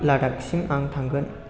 लाडाखसिम आं थांगोन